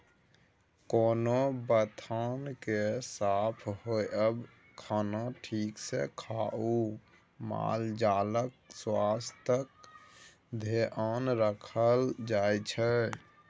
कोनो बथान केर साफ होएब, खाना ठीक सँ खुआ मालजालक स्वास्थ्यक धेआन राखल जाइ छै